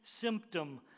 symptom